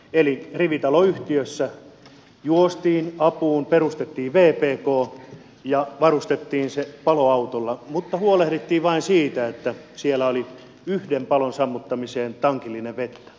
eli rivitaloyhtiössä juostiin apuun perustettiin vpk ja varustettiin se paloautolla mutta huolehdittiin vain siitä että siellä oli yhden palon sammuttamiseen tankillinen vettä